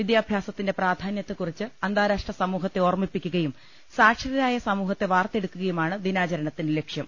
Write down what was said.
വിദ്യാഭ്യാസത്തിന്റെ പ്രാധാനൃത്തെക്കുറിച്ച് അന്താരാഷ്ട്ര സമൂഹത്തെ ഓർമ്മിപ്പി ക്കുകയും സാക്ഷരരായ സമൂഹത്തെ വാർത്തെടുക്കുകയുമാണ് ദിനാചരണത്തിന്റെ ലക്ഷ്യം